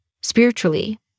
spiritually